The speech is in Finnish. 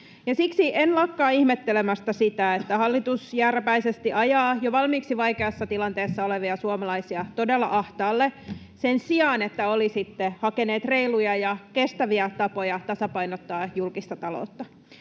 siksi en lakkaa ihmettelemästä sitä, että hallitus jääräpäisesti ajaa jo valmiiksi vaikeassa tilanteessa olevia suomalaisia todella ahtaalle sen sijaan, että olisitte hakeneet reiluja ja kestäviä tapoja tasapainottaa julkista taloutta.